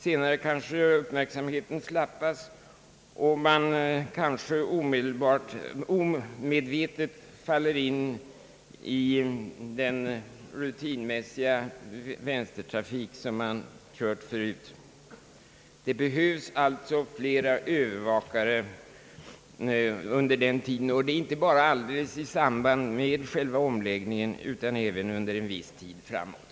Senare kanske uppmärksamheten slappnar, så att en förare kanske omedvetet faller in i den rutinmässiga vänstertrafik som han tillämpat tidigare. Det behövs alltså flera övervakare under den tiden, således inte bara i samband med själva omläggningen utan även en viss tid framåt.